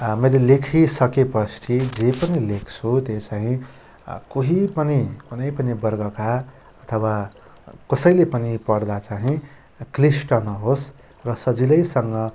मैले लेखिसकेपछि जे पनि लेख्छु त्यो चाहिँ कोही पनि कुनै पनि वर्गका अथवा कसैले पनि पढ्दा चाहिँ क्लिष्ट नहोस् र सजिलैसँग